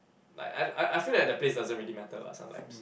like I I I feel that the place doesn't really matter lah sometimes